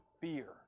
fear